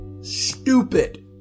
stupid